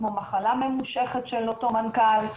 כמו מחלה ממושכת של אותו מנכ"ל,